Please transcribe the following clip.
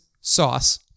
sauce